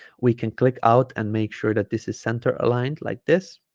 we can click out and make sure that this is center aligned like this